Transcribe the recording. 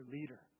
leader